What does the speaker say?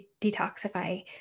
detoxify